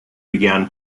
began